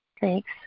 thanks